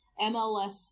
MLS